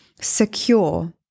secure